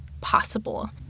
possible